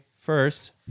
First